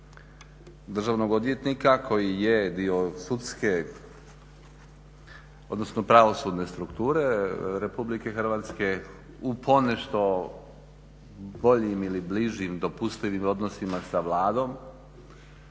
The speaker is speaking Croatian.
državnog odvjetnika koji je dio sudske odnosno pravosudne strukture RH u ponešto boljim ili bližim dopustivim odnosima sa Vladom,